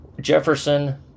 Jefferson